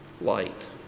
Light